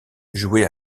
jouée